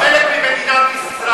אנחנו חלק ממדינת ישראל.